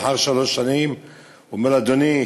לאחר שלוש שנים הוא אומר: אדוני,